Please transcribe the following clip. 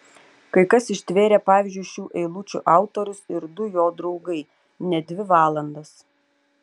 kai kas ištvėrė pavyzdžiui šių eilučių autorius ir du jo draugai net dvi valandas